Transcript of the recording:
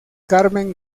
carmen